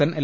N L